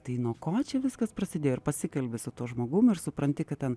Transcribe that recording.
tai nuo ko čia viskas prasidėjo ir pasikalbi su tuo žmogum ir supranti kad ten